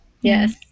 Yes